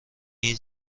این